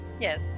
Yes